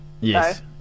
yes